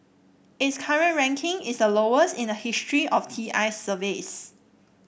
its current ranking is the lowest in the history of T I's surveys